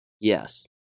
Yes